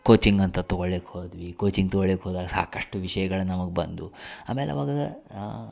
coaching ಅಂತ ತಗೊಳ್ಳಿಕ್ಕೆ ಹೋದ್ವಿ ಕೋಚಿಂಗ್ ತಗೊಳಿಕ್ಕೆ ಹೋದಾಗ ಸಾಕಷ್ಟು ವಿಷಯಗಳು ನಮಗೆ ಬಂದವು ಆಮೇಲೆ ಅವಾಗ